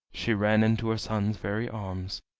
she ran into her son's very arms,